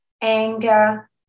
anger